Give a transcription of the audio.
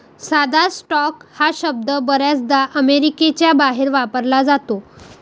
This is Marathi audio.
साधा स्टॉक हा शब्द बर्याचदा अमेरिकेच्या बाहेर वापरला जातो